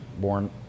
born